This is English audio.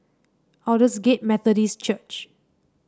Aldersgate Methodist Church